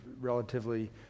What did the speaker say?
relatively